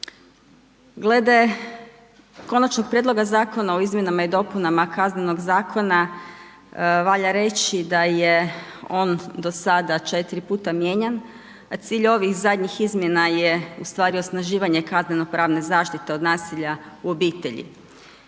Glede Konačnog prijedloga zakona o izmjenama i dopunama Kaznenog zakona valja reći da je on do sada 4 puta mijenjan. Cilj ovih zadnjih izmjena je ustvari osnaživanje kaznenopravne zaštite od nasilja u obitelji.